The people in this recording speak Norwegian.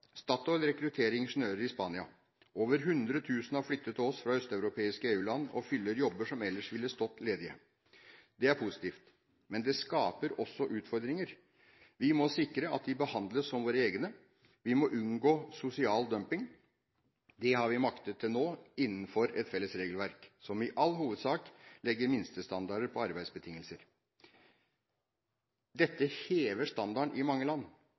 Statoil rekrutterer ingeniører i Spania. Over 100 000 har flyttet til oss fra østeuropeiske EU-land og fyller jobber som ellers ville stått ledige. Det er positivt. Men det skaper også utfordringer. Vi må sikre at de behandles som våre egne. Vi må unngå sosial dumping. Det har vi maktet til nå, innenfor et felles regelverk som i all hovedsak legger minstestandarder på arbeidsbetingelser. Dette hever standarden i mange land.